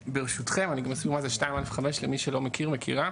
ברשותכם אני אסביר מה זה 2 א/'5 למי שלא מכיר או מכירה,